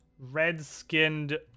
red-skinned